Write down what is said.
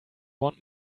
want